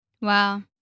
Wow